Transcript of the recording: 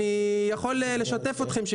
אני יכול לשתף אתכם.